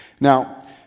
Now